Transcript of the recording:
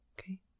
okay